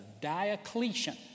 Diocletian